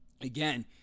Again